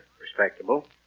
respectable